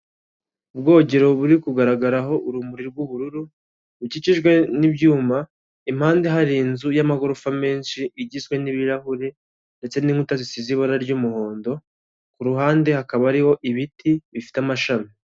Ubwogero buri kugaragaraho urumuri rw'ubururu bukikijwe n'ibyuma impande hari inzu y'amagorofa menshi igizwe n'ibirahure ndetse n'inkuta zisize ibara ry'umuhondo ku ruhande hakaba hariho ibiti bifite amashami.